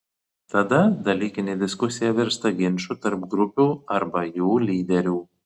tada dalykinė diskusija virsta ginču tarp grupių arba jų lyderių